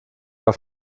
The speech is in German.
war